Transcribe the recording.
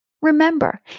Remember